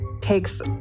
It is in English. takes